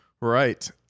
right